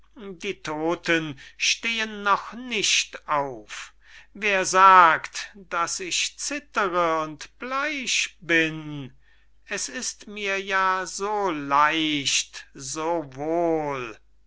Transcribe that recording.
die todten stehen noch nicht auf wer sagt daß ich zittere und bleich bin es ist mir ja so leicht so wohl